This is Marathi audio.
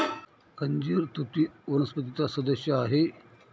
अंजीर तुती वनस्पतीचा सदस्य आहे